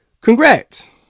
congrats